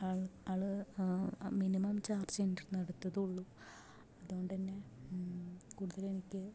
ആൾ ആള് minimum charge എൻ്റെ കയ്യിൽ നിന്ന് എടുത്തതുമുള്ളൂ അതുകൊണ്ടുതന്നെ കൂടുതലെനിക്ക്